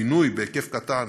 הבינוי בהיקף קטן,